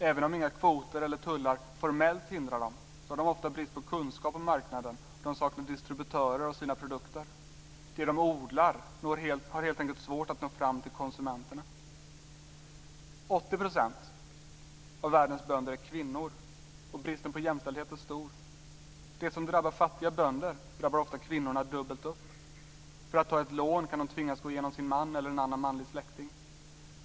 Även om inga kvoter eller tullar formellt hindrar dem, så har de ofta brist på kunskap om marknaden och de saknar distributörer av sina produkter. Det de odlar har helt enkelt svårt att nå fram till konsumenterna. 80 % av världens bönder är kvinnor. Bristen på jämställdhet är stor. Det som drabbar fattiga bönder drabbar ofta kvinnorna dubbelt upp. För att ta ett lån kan de tvingas gå genom sin man eller en annan manlig släkting.